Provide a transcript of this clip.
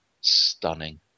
stunning